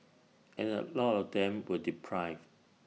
and A lot of them were deprived